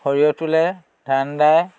সৰিয়হ তুলে ধান দায়